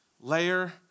layer